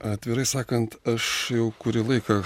atvirai sakant aš jau kurį laiką